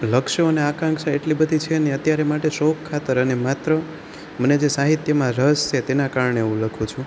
લક્ષ્યોને આકાંક્ષા એટલી બધી છે નહીં અત્યારે શોક ખાતર અને માત્ર મને જે સાહિત્યમાં રસ છે તેના કારણે હું લખું છું